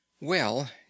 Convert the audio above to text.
Well